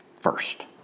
First